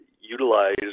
utilize